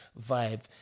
vibe